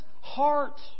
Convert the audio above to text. heart